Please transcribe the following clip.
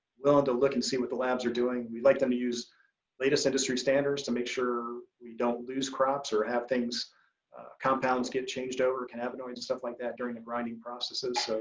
willing to look and see what the labs are doing. we'd like them to use latest industry standards to make sure we don't lose crops or have compounds compounds get changed over cannabinoid and stuff like that during the grinding processes. so